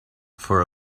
for